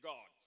God